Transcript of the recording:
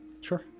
Sure